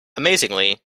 amazingly